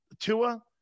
Tua